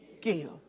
give